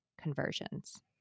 conversions